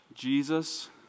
Jesus